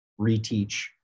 reteach